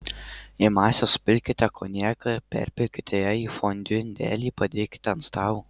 į masę supilkite konjaką perpilkite ją į fondiu indelį padėkite ant stalo